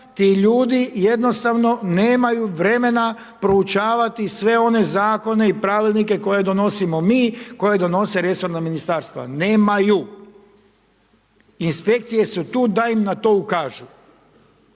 ti ljudi jednostavno nemaju vremena, proučavati sve one zakone i pravilnike koje donosimo mi, koje donose resorna ministarstva, nemaju. Inspekcije su tu da im na to ukažemo.